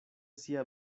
sia